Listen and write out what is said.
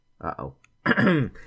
Uh-oh